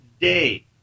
day